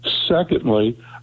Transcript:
Secondly